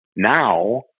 Now